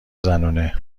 زنونه